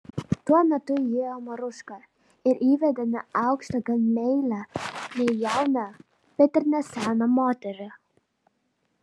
tuo metu įėjo maruška ir įvedė neaukštą gan meilią ne jauną bet ir ne seną moterį